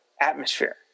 atmosphere